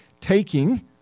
taking